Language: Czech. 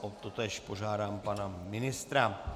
O totéž požádám pana ministra.